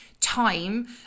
time